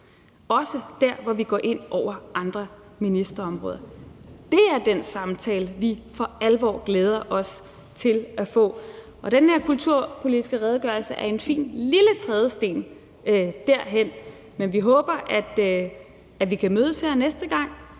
også dér, hvor vi går ind over andre ministerområder? Det er den samtale, vi for alvor glæder os til at få. Og den her kulturpolitiske redegørelse er en fin lille trædesten derhen, men vi håber, at vi kan mødes her næste gang